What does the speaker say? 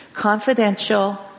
Confidential